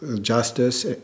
justice